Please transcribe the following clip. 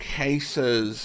cases